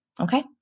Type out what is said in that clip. Okay